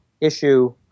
issue